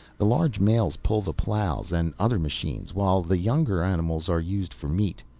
the large males pull the ploughs and other machines, while the younger animals are used for meat.